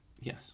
Yes